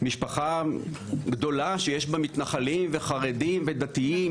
משפחה גדולה שיש בה מתנחלים וחרדים ודתיים,